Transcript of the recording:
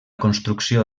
construcció